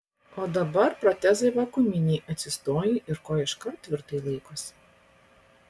o dabar protezai vakuuminiai atsistojai ir koja iškart tvirtai laikosi